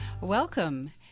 Welcome